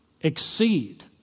exceed